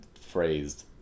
phrased